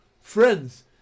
friends